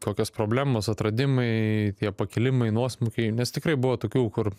kokios problemos atradimai tie pakilimai nuosmukiai nes tikrai buvo tokių kur